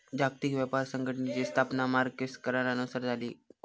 जागतिक व्यापार संघटनेची स्थापना मार्क्वेस करारानुसार झाली